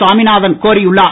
சாமிநாதன் கோரியுள்ளார்